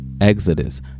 Exodus